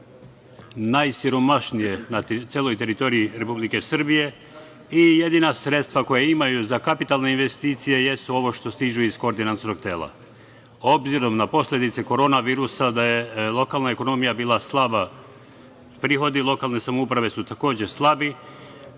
najsiromašnije na celoj teritoriji Republike Srbije i jedina sredstva koja imaju za kapitalne investicije jesu ovo što stiže iz Koordinacionog tela. Obzirom na posledice korona virusa, da je lokalna ekonomija bila slaba, prihodi lokalne samouprave su, takođe, slabi,